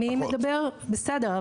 בסדר,